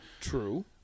True